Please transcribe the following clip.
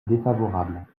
défavorable